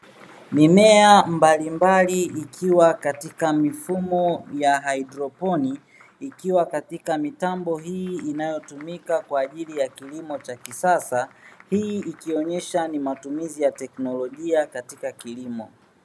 Mimea mbalimbali ikiwa katika mfumo wa haidroponi, ikiwa katika mitambo hii inayotumika kwa ajili ya kilimo cha kisasa, hii ikionyesha ni matumizi ya teknolojia katika kilimo.